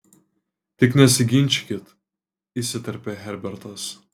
tik nesiginčykit įsiterpė herbertas